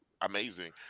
amazing